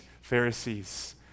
Pharisees